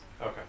Okay